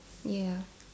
ya